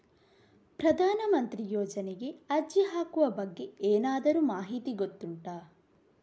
ಪ್ರಧಾನ ಮಂತ್ರಿ ಯೋಜನೆಗೆ ಅರ್ಜಿ ಹಾಕುವ ಬಗ್ಗೆ ಏನಾದರೂ ಮಾಹಿತಿ ಗೊತ್ತುಂಟ?